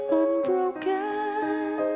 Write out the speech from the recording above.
unbroken